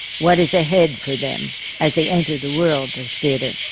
what is ahead for them as they enter the world of theatre.